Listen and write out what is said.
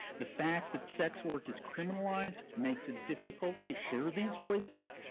the fact that sex work is criminalized makes it difficult to share these voices.